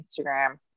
instagram